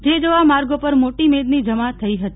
જે જોવા માર્ગો પર મોટી મેદની જમા થઇ હતી